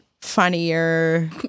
funnier